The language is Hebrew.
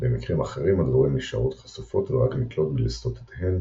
במקרים אחרים הדבורים נשארות חשופות ורק נתלות בלסתותיהן